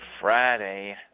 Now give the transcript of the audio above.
Friday